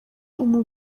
ubu